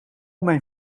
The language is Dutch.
mijn